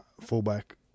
fullback